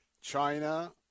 China